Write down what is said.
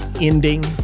ending